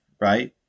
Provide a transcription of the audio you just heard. right